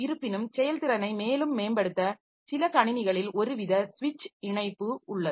இருப்பினும் செயல்திறனை மேலும் மேம்படுத்த சில கணினிகளில் ஒரு வித ஸ்விட்ச் இணைப்பு உள்ளது